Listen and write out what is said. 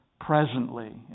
presently